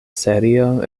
serio